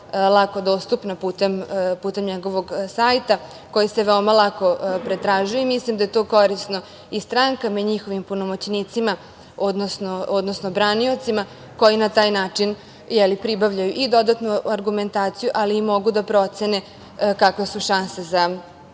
lako dostupna putem njegovog sajta, koji se veoma lako pretražuje i mislim da je to korisno i strankama i njihovim punomoćnicima, odnosno braniocima koji na taj način pribavljaju i dodatnu argumentaciju, ali mogu i da procene kakve su šanse za